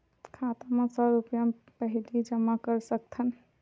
खाता मा सौ रुपिया पहिली जमा कर सकथन?